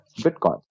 Bitcoin